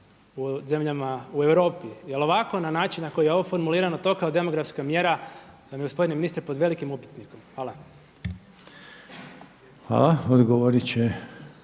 u zemljama u Europi. Jer ovako na način na koji je ovo formulirano to kao demografska mjera vam je gospodine ministre pod velikim upitnikom. Hvala. **Reiner,